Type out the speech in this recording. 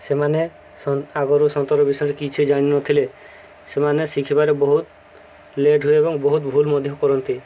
ସେମାନେ ଆଗରୁ ସନ୍ତରଣ ବିଷୟରେ କିଛି ଜାଣିନଥିଲେ ସେମାନେ ଶିଖିବାରେ ବହୁତ ଲେଟ୍ ହୁଏ ଏବଂ ବହୁତ ଭୁଲ ମଧ୍ୟ କରନ୍ତି